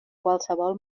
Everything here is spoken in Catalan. qualsevol